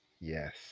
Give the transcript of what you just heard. Yes